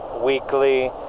weekly